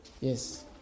Yes